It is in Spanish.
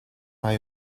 hay